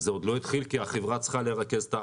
זה עוד לא התחיל כי החברה צריכה לרכז את הנתונים.